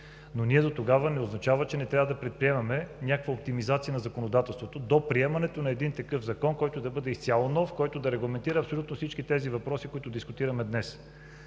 Дотогава обаче не означава, че не трябва да предприемаме някаква оптимизация на законодателството до приемането на закон, който да бъде изцяло нов и да регламентира абсолютно всички въпроси, които дискутираме днес.